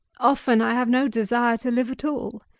often i have no desire to live at all.